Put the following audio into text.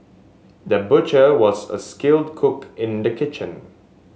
the butcher was a skilled cook in the kitchen